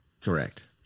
correct